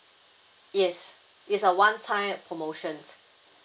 yes it's a one-time promotion